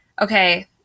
okay